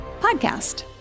podcast